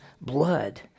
blood